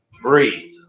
breathe